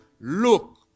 Look